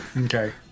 Okay